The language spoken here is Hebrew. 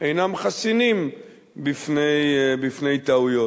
אינם חסינים בפני טעויות.